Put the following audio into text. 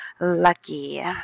lucky